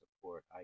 support